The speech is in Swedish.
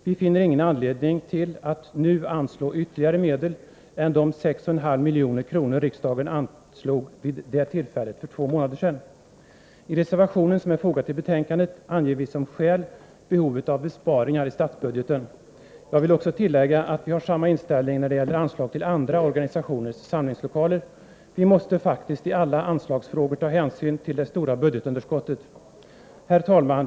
Vi finner ingen anledning till att nu anslå ytterligare medel än de 6,5 milj.kr. riksdagen anslog vid det tillfället. I reservationen, som är fogad till betänkandet, anger vi som skäl behovet av besparingar i statsbudgeten. Jag vill också tillägga, att vi har samma inställning, när det gäller anslag till andra organisationers samlingslokaler. Vi måste faktiskt i alla anslagsfrågor ta hänsyn till det stora budgetunderskottet. Herr talman!